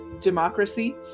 democracy